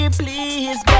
please